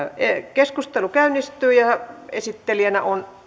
keskustelu käynnistyy ja esittelijänä on